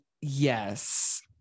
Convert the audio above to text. Yes